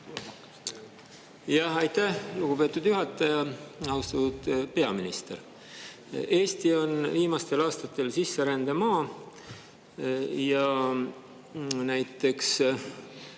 Aitäh, lugupeetud juhataja! Austatud peaminister! Eesti on olnud viimastel aastatel sisserändemaa ja näiteks